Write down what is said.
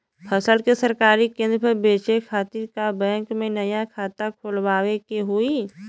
फसल के सरकारी केंद्र पर बेचय खातिर का बैंक में नया खाता खोलवावे के होई?